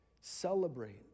celebrate